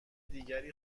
دیگر